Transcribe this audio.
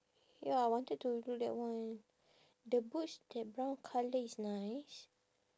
ya I wanted to do that one the boots that brown colour is nice